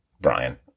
Brian